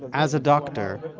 as a doctor,